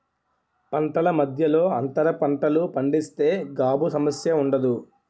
పంటల మధ్యలో అంతర పంటలు పండిస్తే గాబు సమస్య ఉండదు